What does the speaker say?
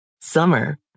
Summer